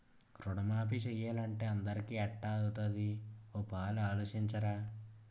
రుణమాఫీ సేసియ్యాలంటే అందరికీ ఎట్టా అవుతాది ఓ పాలి ఆలోసించరా